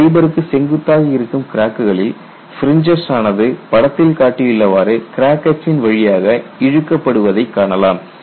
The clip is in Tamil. ஃபைபருக்கு செங்குத்தாக இருக்கும் கிராக்குகளில் பிரின்ஜஸ் ஆனது படத்தில் காட்டியுள்ளவாறு கிராக் அச்சின் வழியாக இழுக்கப்படுவதை காணலாம்